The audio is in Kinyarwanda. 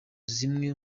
zimwe